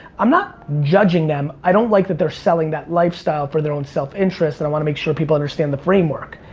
i'm not judging them. i don't like that they're selling that lifestyle for their own self interest, and i wanna make sure that people understand the framework.